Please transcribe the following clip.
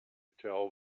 tell